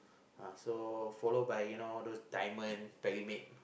uh so follow by you know those diamond pyramid